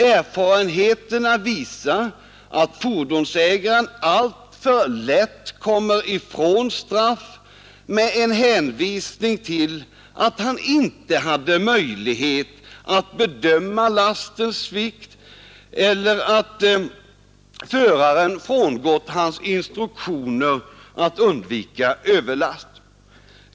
Erfarenheterna visar att fordonsägaren i alla fall kommer ifrån straff med en hänvisning till att han inte hade möjlighet att bedöma lastens vikt eller att chauffören frångått hans instruktioner att undvika överlast.